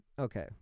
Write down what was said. okay